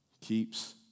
Keeps